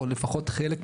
או לפחות חלק ממנו.